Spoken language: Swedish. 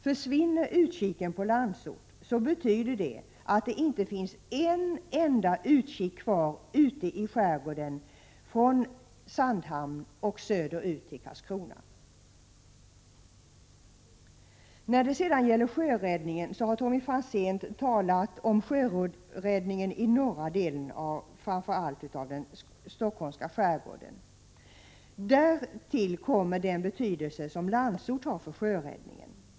Försvinner utkiken på Landsort betyder det att det inte finns en enda utkik kvar ute i skärgården från Sandhamn och söderut till Karlskrona. Tommy Franzén har talat om sjöräddningen i den norra delen av den stockholmska skärgården. Till detta kommer den betydelse Landsort har för sjöräddningen.